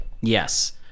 yes